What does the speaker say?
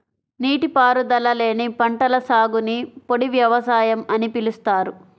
నీటిపారుదల లేని పంటల సాగుని పొడి వ్యవసాయం అని పిలుస్తారు